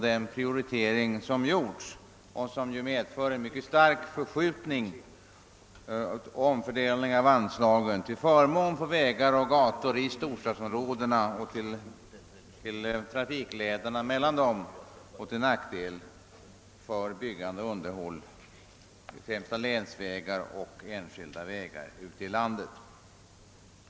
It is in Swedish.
Den prioritering som gjorts medför därtill en mycket stark omfördelning av anslagen till förmån för vägar och gator i storstadsområdena och trafiklederna mellan dem men till nackdel för byggande och underhåll av t.ex. länsvägar och enskilda vägar ute i landet.